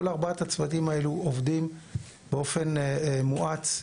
כל ארבעת הצוותים האלו עובדים באופן מואץ,